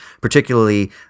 particularly –